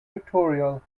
tutorial